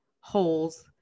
holes